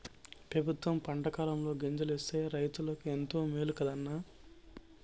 పెబుత్వం పంటకాలంలో గింజలు ఇస్తే రైతులకు ఎంతో మేలు కదా అన్న